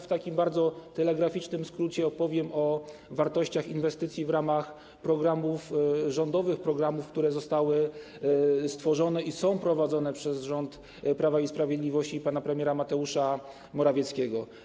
W takim bardzo telegraficznym skrócie opowiem o wartościach inwestycji w ramach programów rządowych, programów, które zostały stworzone i są realizowane przez rząd Prawa i Sprawiedliwości i pana premiera Mateusza Morawieckiego.